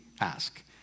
ask